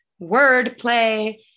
wordplay